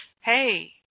hey